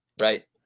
right